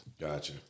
Gotcha